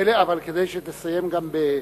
אבל כדי שתסיים גם בנימה,